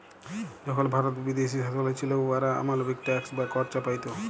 যখল ভারত বিদেশী শাসলে ছিল, উয়ারা অমালবিক ট্যাক্স বা কর চাপাইত